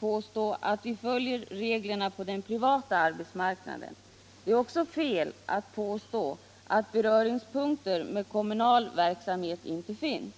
påstå dels att vi följer reglerna på den privata arbetsmarknaden, dels att beröringspunkter med kommunal verksamhet inte finns.